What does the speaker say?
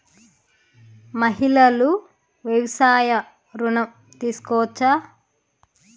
మహిళలు వ్యవసాయ ఋణం తీసుకోవచ్చా?